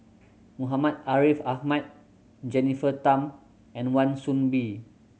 Muhammad Ariff Ahmad Jennifer Tham and Wan Soon Bee